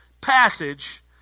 passage